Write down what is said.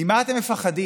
ממה אתם מפחדים?